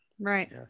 Right